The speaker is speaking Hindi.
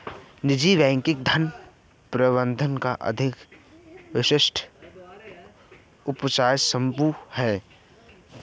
निजी बैंकिंग धन प्रबंधन का अधिक विशिष्ट उपसमुच्चय है